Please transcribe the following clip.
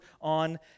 on